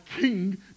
king